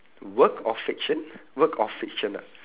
work of fiction work of fiction ah